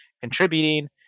contributing